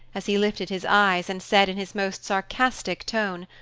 as he lifted his eyes and said in his most sarcastic tone,